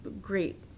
great